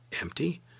Empty